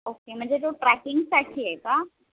okay म्हणजे तो ट्रॅकिंगसाठी आहे का